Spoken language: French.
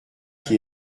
qui